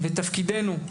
ותפקידנו,